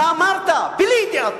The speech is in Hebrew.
שאמרת, בלי ידיעתי: